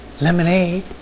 lemonade